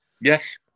Yes